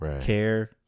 care